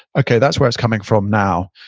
okay, that's where it's coming from now.